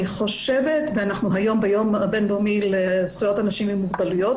אני חושבת ואנחנו היום ביום הבין-לאומי לזכויות אנשים עם מוגבלויות,